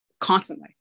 constantly